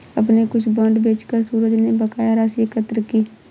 अपने कुछ बांड बेचकर सूरज ने बकाया राशि एकत्र की